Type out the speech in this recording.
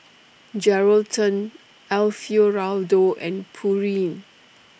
Geraldton Alfio Raldo and Pureen